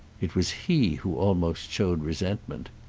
it was he who almost showed resentment.